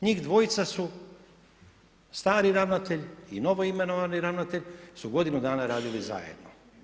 Njih dvojca su stari ravnatelj i novo imenovani ravnatelj su godinu dana radili zajedno.